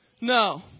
No